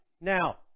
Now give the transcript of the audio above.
Now